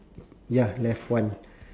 ya left one